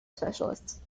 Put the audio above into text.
specialists